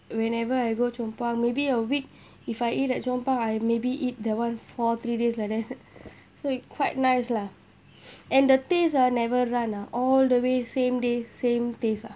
whenever I go chong pang maybe a week if I eat at chong pang I maybe eat that one four three days like that so it quite nice lah and the taste ah never run ah all the way same day same taste ah